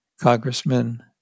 Congressman